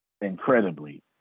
incredibly